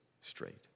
straight